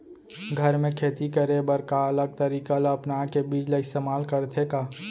घर मे खेती करे बर का अलग तरीका ला अपना के बीज ला इस्तेमाल करथें का?